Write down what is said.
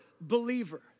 believer